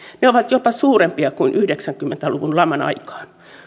ne ovat jopa suurempia kuin yhdeksänkymmentä luvun laman aikaan